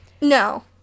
No